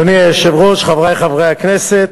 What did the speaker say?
אדוני היושב-ראש, חברי חברי הכנסת,